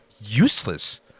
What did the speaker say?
useless